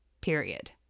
Period